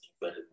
better